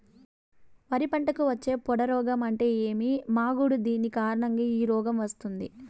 వరి పంటకు వచ్చే పొడ రోగం అంటే ఏమి? మాగుడు దేని కారణంగా ఈ రోగం వస్తుంది?